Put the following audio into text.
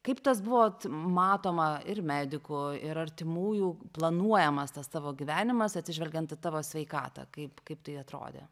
kaip tas buvo matoma ir medikų ir artimųjų planuojamas tas tavo gyvenimas atsižvelgiant į tavo sveikatą kaip kaip tai atrodė